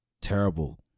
terrible